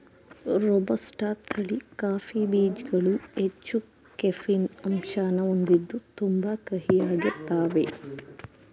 robusta ತಳಿ coffee ಬೀಜ್ಗಳು ಹೆಚ್ಚು ಕೆಫೀನ್ ಅಂಶನ ಹೊಂದಿದ್ದು ತುಂಬಾ ಕಹಿಯಾಗಿರ್ತಾವೇ